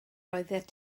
oeddet